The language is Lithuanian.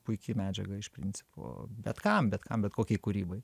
puiki medžiaga iš principo bet kam bet kam bet kokiai kūrybai